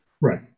Right